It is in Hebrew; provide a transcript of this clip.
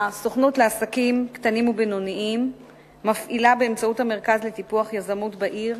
הסוכנות לעסקים קטנים ובינוניים מפעילה באמצעות המרכז לטיפוח יזמות בעיר